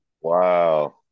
Wow